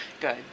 Good